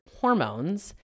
hormones